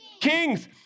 kings